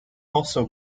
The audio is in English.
also